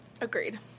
agreed